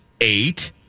eight